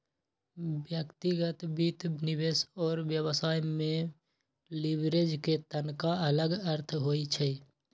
व्यक्तिगत वित्त, निवेश और व्यवसाय में लिवरेज के तनका अलग अर्थ होइ छइ